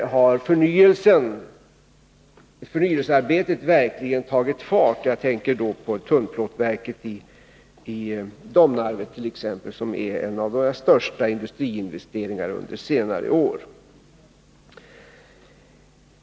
Förnyelsearbetet har verkligen tagit fart — jag tänker då på t.ex. tunnplåtverket i Domnarvet, som är en av våra största industriinvesteringar under senare år.